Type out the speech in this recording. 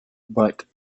but